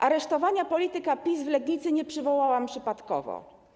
Aresztowania polityka PiS w Legnicy nie przywołałam przypadkowo.